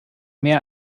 mehr